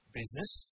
business